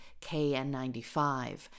KN95